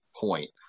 point